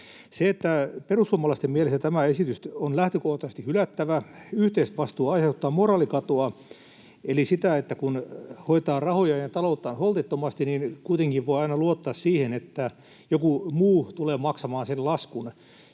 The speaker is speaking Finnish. Perussuomalaisten mielestä tämä esitys on lähtökohtaisesti hylättävä. Yhteisvastuu aiheuttaa moraalikatoa eli sitä, että kun hoitaa rahojaan ja talouttaan holtittomasti, kuitenkin voi aina luottaa siihen, että joku muu tulee maksamaan sen laskun.